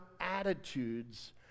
attitudes